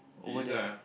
he is ah